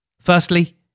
Firstly